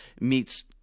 meets